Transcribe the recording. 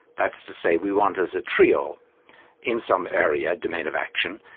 that's to say, we want as a trio in some area, domain of action,